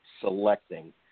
selecting